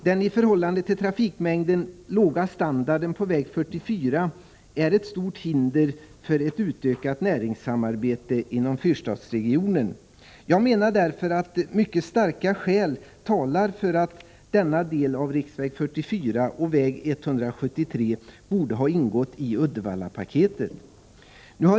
Den i förhållande till trafikmängden låga standarden på väg 44 är ett stort hinder för ett utökat näringssamarbete inom fyrstadsregionen. Jag menar därför att mycket starka skäl talar för att denna del av riksväg 44 och väg 173 borde ha ingått i Uddevallapaketet.